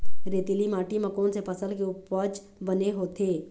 रेतीली माटी म कोन से फसल के उपज बने होथे?